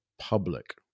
public